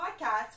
podcast